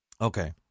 Okay